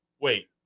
wait